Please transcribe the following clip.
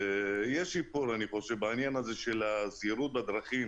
ואני חשוב שיש שיפור בעניין הזה של הזהירות בדרכים